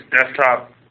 Desktop